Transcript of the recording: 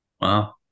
Wow